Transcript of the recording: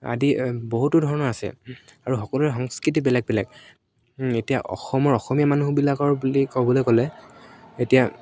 আদি বহুতো ধৰণৰ আছে আৰু সকলোৰে সংস্কৃতি বেলেগ বেলেগ এতিয়া অসমৰ অসমীয়া মানুহবিলাকৰ বুলি ক'বলৈ গ'লে এতিয়া